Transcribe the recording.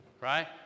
Right